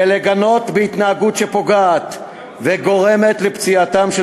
ולגנות התנהגות שפוגעת וגורמת לפציעתם של